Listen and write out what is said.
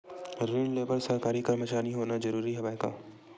ऋण ले बर सरकारी कर्मचारी होना जरूरी हवय का?